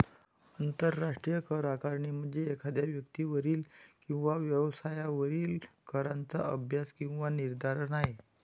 आंतरराष्ट्रीय करआकारणी म्हणजे एखाद्या व्यक्तीवरील किंवा व्यवसायावरील कराचा अभ्यास किंवा निर्धारण आहे